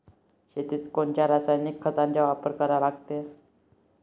शेतीत कोनच्या रासायनिक खताचा वापर करा लागते?